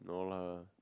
no lah